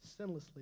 sinlessly